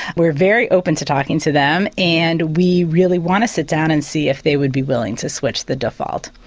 we're very open to talking to them and we really want to sit down and see if they would be willing to switch the default.